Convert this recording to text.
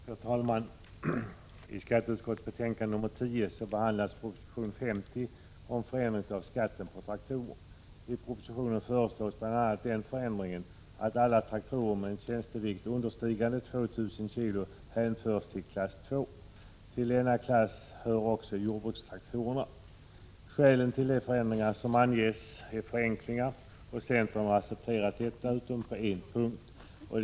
Herr talman! I skatteutskottets betänkande 10 behandlas proposition 50 om förändring av skatten på traktorer. I propositionen föreslås bl.a. den förändringen, att alla traktorer med en tjänstevikt understigande 2 000 kg hänförs till klass II. Till denna klass hör också jordbrukstraktorerna. Skälen till de förändringar som anges är förenklingar, och centern har accepterat detta utom på en punkt.